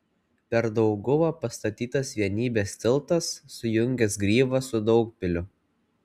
per dauguvą pastatytas vienybės tiltas sujungęs gryvą su daugpiliu